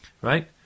Right